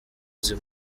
nzi